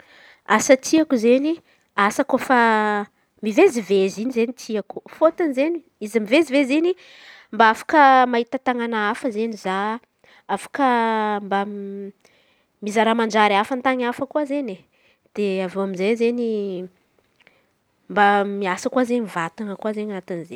Asa tiako izen̈y, asa kôfa mivezivezy in̈y izen̈y tiako. Fôtony izen̈y izy koa izen̈y izy koa mivezivezy in̈y mba afaka mahita tan̈àna hafa izen̈y za. Afaka mba mizara mandraraha amy tan̈y hafa koa izen̈y. De avy eo amy izey izen̈y mba miasa koa izen̈y vatan̈a koa izen̈y anatin'izey.